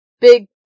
big